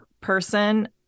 person